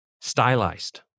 stylized